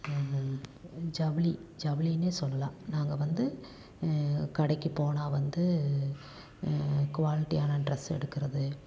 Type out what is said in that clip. ஜவுளி ஜவுளினே சொல்லலெலாம் நாங்கள் வந்து கடைக்குப் போனால் வந்து குவாலிட்டியான ட்ரெஸ் எடுக்கிறது